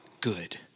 good